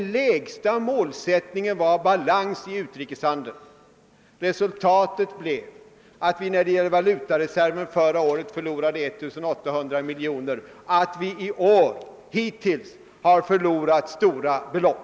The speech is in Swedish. Den lägsta målsättningen var alltså balans i utrikeshandeln. Resultatet har blivit att vi när det gäller valutareserven förra - året förlorade 1890 miljoner kronor och att vi hittills i år förlorat stora belopp.